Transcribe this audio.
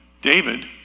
David